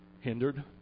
hindered